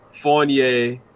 Fournier